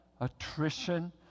attrition